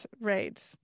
Right